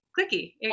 clicky